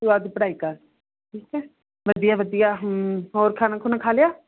ਤੂੰ ਆਪਦੀ ਪੜ੍ਹਾਈ ਕਰ ਠੀਕ ਹੈ ਵਧੀਆ ਵਧੀਆ ਹਮ ਹੋਰ ਖਾਣਾ ਖੂਨਾ ਖਾ ਲਿਆ